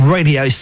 Radio